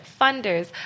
funders